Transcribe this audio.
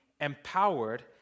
empowered